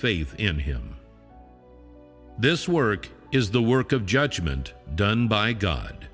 faith in him this work is the work of judgement done by god